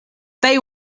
they